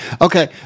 Okay